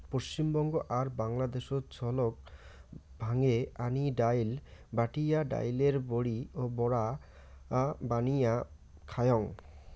পশ্চিমবঙ্গ আর বাংলাদ্যাশত ছোলাক ভাঙে আনি ডাইল, বাটিয়া ডাইলের বড়ি ও বড়া বানেয়া খাওয়াং